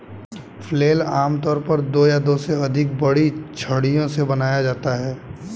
flail आमतौर पर दो या दो से अधिक बड़ी छड़ियों से बनाया जाता है